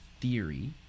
theory